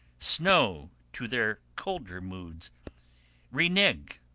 snow to their colder moods renege,